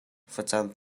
facang